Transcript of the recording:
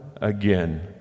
again